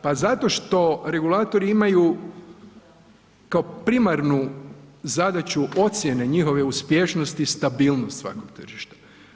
Pa zato što regulatori imaju kao primarnu zadaću ocjene njihove uspješnosti stabilnost svakog tržišta.